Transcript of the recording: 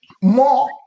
more